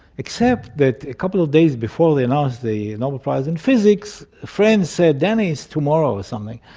except that a couple of days before they announced the nobel prize in physics, friends said, danny, it's tomorrow or something,